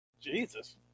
Jesus